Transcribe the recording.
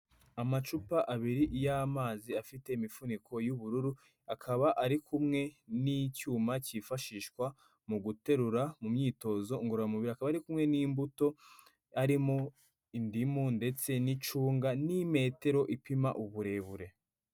Amacupa abiri y'amazi afite imifuniko y'ubururu, akaba ari kumwe n'icyuma cyifashishwa mu guterura mu myitozo ngoramubiri, akaba ari kumwe n'imbuto arimo indimu ndetse n'icunga n'imetero ipima uburebure.